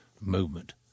movement